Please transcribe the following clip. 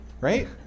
Right